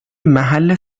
محل